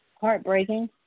heartbreaking